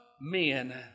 men